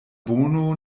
bono